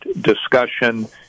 discussion